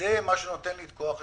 זה מה שנותן לי את כוח השליחות.